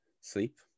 sleep